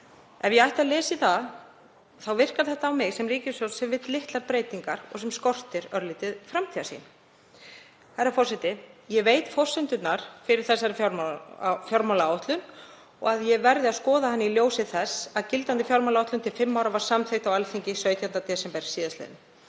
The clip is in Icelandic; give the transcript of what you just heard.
Ef ég ætti að lesa í það þá virkar þetta á mig sem ríkisstjórn sem vill litlar breytingar og skortir örlítið framtíðarsýn. Herra forseti. Ég veit forsendurnar fyrir þessari fjármálaáætlun og að ég verði að skoða hana í ljósi þess að gildandi fjármálaáætlun til fimm ára var samþykkt á Alþingi 17. desember síðastliðinn.